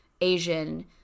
Asian